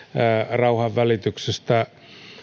rauhanvälityksestä